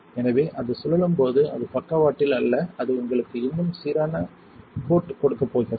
எனவே அது சுழலும் போது அது பக்கவாட்டில் அல்ல அது உங்களுக்கு இன்னும் சீரான கோட் கொடுக்கப் போகிறது